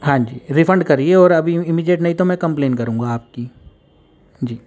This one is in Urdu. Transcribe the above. ہاں جی ریفنڈ کریے اور ابھی امیجیٹ نہیں تو میں کمپلین کروں گا آپ کی جی